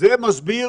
זה מסביר